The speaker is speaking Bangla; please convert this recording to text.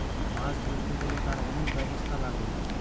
মাছ ধরতে গেলে তার অনেক ব্যবস্থা লাগে